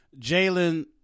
Jalen